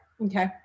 okay